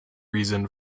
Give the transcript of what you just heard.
reason